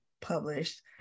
published